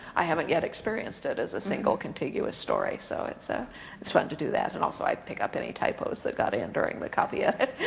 i haven't yet experienced it as a single, contiguous story, so so it's fun to do that. and also i pick up any typos that got in during the copy edit.